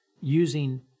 using